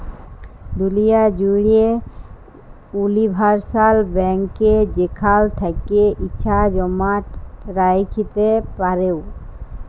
দুলিয়া জ্যুড়ে উলিভারসাল ব্যাংকে যেখাল থ্যাকে ইছা জমা রাইখতে পারো